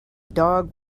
dog